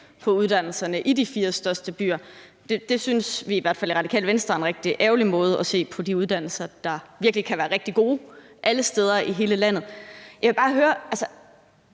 på uddannelsen i de fire største byer. Det synes vi i hvert fald i Radikale Venstre er en rigtig ærgerlig måde at se på de uddannelser, der virkelig kan være rigtig gode alle steder i hele landet, på. Jeg vil bare høre, om